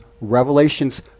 Revelations